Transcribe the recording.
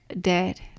dead